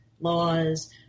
laws